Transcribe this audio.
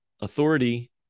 authority